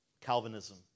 Calvinism